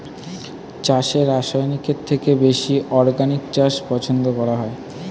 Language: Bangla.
চাষে রাসায়নিকের থেকে বেশি অর্গানিক চাষ পছন্দ করা হয়